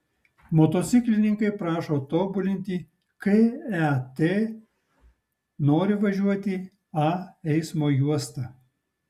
motociklininkai prašo tobulinti ket nori važiuoti a eismo juosta